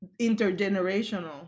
intergenerational